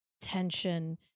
tension